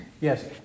Yes